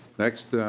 next